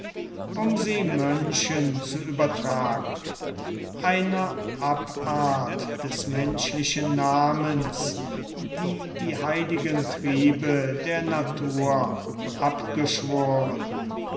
um sie mönchen zu übertragen einer abart des menschlichen namens die die heiligen triebe der natur abgeschworen